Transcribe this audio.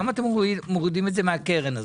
למה אתם מורידים את זה מהקרן הזאת?